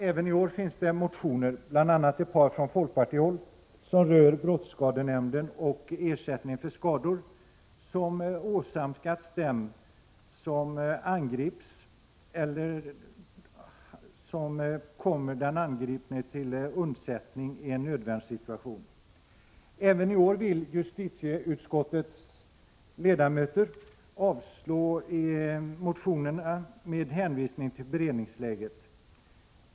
Även i år finns det motioner, bl.a. ett par från folkpartihåll, som rör brottsskadenämnden och ersättning för skador som åsamkats den angripne eller hans undsättare i en nödvärnssituation. Även i år vill justitieutskottets socialdemokratiska ledamöter att riksdagen skall avslå motionerna med hänvisning till beredningsläget.